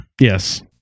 yes